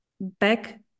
back